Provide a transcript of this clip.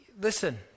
Listen